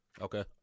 Okay